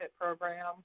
program